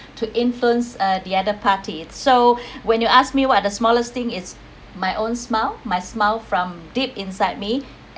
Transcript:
to influence uh the other party so when you ask me what are the smallest thing it's my own smile my smile from deep inside me